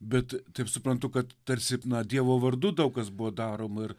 bet taip suprantu kad tarsi dievo vardu daug kas buvo daroma ir